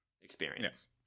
experience